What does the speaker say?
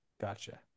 Gotcha